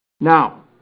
Now